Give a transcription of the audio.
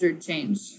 change